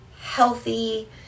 healthy